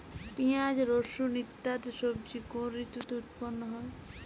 পিঁয়াজ রসুন ইত্যাদি সবজি কোন ঋতুতে উৎপন্ন হয়?